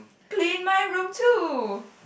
clean my room too